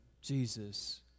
Jesus